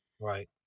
Right